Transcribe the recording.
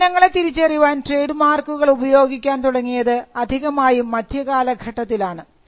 ഉൽപ്പന്നങ്ങളെ തിരിച്ചറിയുവാൻ ട്രേഡ് മാർക്കുകൾ ഉപയോഗിക്കാൻ തുടങ്ങിയത് അധികമായും മധ്യകാലഘട്ടത്തിൽ ആണ്